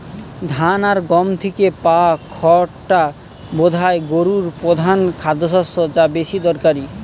ধান আর গম থিকে পায়া খড়টা বোধায় গোরুর পোধান খাদ্যশস্য যা বেশি দরকারি